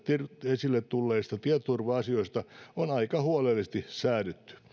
esille tulleista tietoturva asioista on aika huolellisesti säädetty